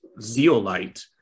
zeolite